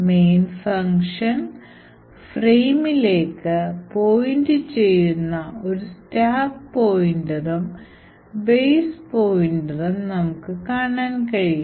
main function ഫ്രെയിമിലേക്ക് point ചെയ്യുന്ന ഒരു stack poniter ഉം base pointer നമുക്ക് കാണാൻ കഴിയും